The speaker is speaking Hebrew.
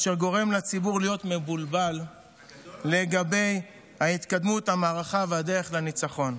אשר גורם לציבור להיות מבולבל לגבי התקדמות המערכה והדרך לניצחון.